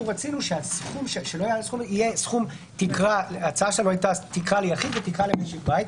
אנחנו רצינו שיהיה תקרה ליחיד ותקרה למשק בית.